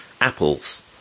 Apples